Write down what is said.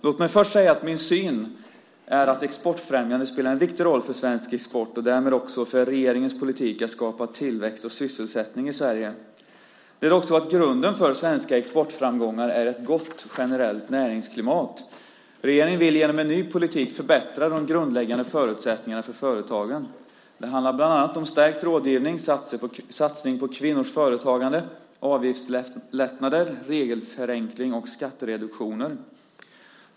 Låt mig först säga att min syn är att exportfrämjandet spelar en viktig roll för svensk export och därmed också för regeringens politik att skapa tillväxt och sysselsättning i Sverige. Det är dock så att grunden för svenska exportframgångar är ett gott generellt näringsklimat. Regeringen vill genom en ny politik förbättra de grundläggande förutsättningarna för företagen. Det handlar bland annat om stärkt rådgivning, satsning på kvinnors företagande, avgiftslättnader, regelförenkling och skattereduktioner.